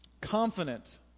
Confident